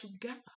together